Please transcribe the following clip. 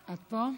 את פה?